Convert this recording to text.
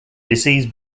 disease